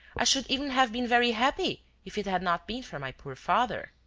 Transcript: i should even have been very happy, if it had not been for my poor father.